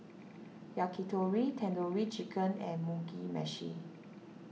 Yakitori Tandoori Chicken and Mugi Meshi